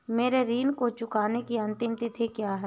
मेरे ऋण को चुकाने की अंतिम तिथि क्या है?